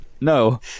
No